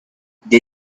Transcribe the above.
they